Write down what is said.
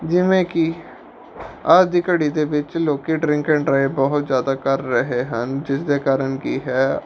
ਜਿਵੇਂ ਕਿ ਅੱਜ ਦੀ ਘੜੀ ਦੇ ਵਿੱਚ ਲੋਕ ਡਰਿੰਕ ਐਂਡ ਡਰਾਈਵ ਬਹੁਤ ਜ਼ਿਆਦਾ ਕਰ ਰਹੇ ਹਨ ਜਿਸਦੇ ਕਾਰਨ ਕੀ ਹੈ